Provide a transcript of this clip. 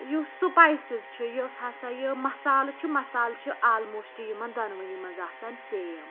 یُس سپایسِز چھِ یُس ہَسا یہِ مَصالہٕ چھُ مَصال چھِ آل موسٹ یِمَن دۄنوٕنی مَنٛز آسان سیم